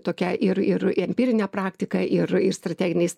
tokia ir ir empirine praktika ir ir strateginiais